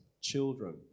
children